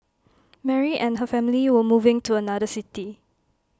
Mary and her family were moving to another city